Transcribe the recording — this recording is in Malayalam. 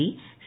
D C